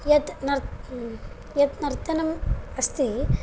यत् नर्त् यत् नर्तनम् अस्ति